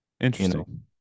Interesting